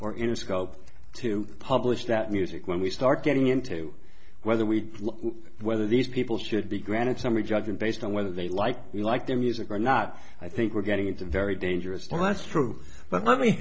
or in a scope to publish that music when we start getting into whether we whether these people should be granted summary judgment based on whether they like you like their music or not i think we're getting into very dangerous for us true but